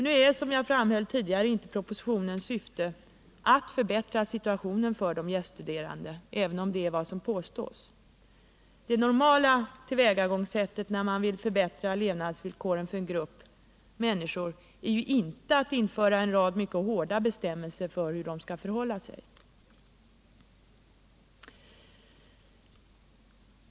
Nu är, som jag framhöll tidigare, inte propositionens syfte att förbättra situationen för de gäststuderande, även om det är vad som påstås. Det normala tillvägagångssättet när man vill förbättra levnadsvillkoren för en grupp människor är ju inte att införa en rad mycket hårda bestämmelser för hur de skall förhålla sig.